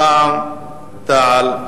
רע"ם-תע"ל,